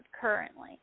currently